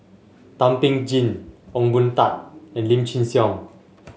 Thum Ping Tjin Ong Boon Tat and Lim Chin Siong